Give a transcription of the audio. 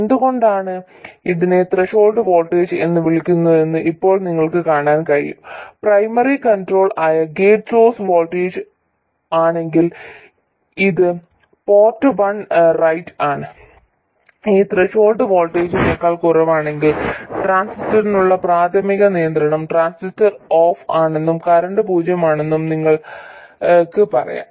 എന്തുകൊണ്ടാണ് ഇതിനെ threshold voltage എന്ന് വിളിക്കുന്നതെന്ന് ഇപ്പോൾ നിങ്ങൾക്ക് കാണാൻ കഴിയും പ്രൈമറി കൺട്രോൾ ആയ ഗേറ്റ് സോഴ്സ് വോൾട്ടേജ് ആണെങ്കിൽ ഇത് പോർട്ട് വൺ റൈറ്റ് ആണ് ഈ ത്രെഷോൾഡ് വോൾട്ടേജിനേക്കാൾ കുറവാണെങ്കിൽ ട്രാൻസിസ്റ്ററിനുള്ള പ്രാഥമിക നിയന്ത്രണം ട്രാൻസിസ്റ്റർ ഓഫ് ആണെന്നും കറന്റ് പൂജ്യമാണെന്നും നിങ്ങൾക്ക് പറയാം